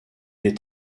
est